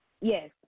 Yes